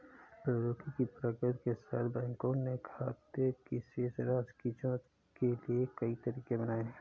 प्रौद्योगिकी की प्रगति के साथ, बैंकों ने खाते की शेष राशि की जांच के लिए कई तरीके बनाए है